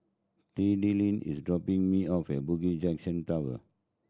Tilden is dropping me off at Bugis Junction Tower